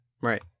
Right